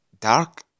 dark